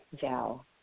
Val